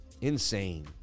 insane